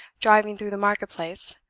driving through the marketplace,